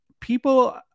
people